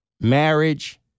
marriage